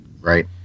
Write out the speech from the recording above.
Right